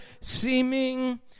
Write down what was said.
seeming